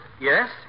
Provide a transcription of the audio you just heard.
Yes